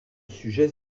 sujets